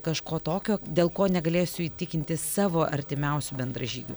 kažko tokio dėl ko negalėsiu įtikinti savo artimiausių bendražygių